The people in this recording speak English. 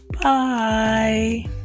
bye